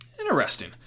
interesting